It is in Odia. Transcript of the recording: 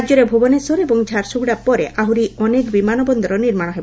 ରାକ୍ୟରେ ଭୁବନେଶ୍ୱର ଏବଂ ଝାରସୁଗୁଡ଼ା ପରେ ଆହୁରି ଅନେକ ବିମାନ ବନ୍ଦର ନିର୍ମାଣ ହେବ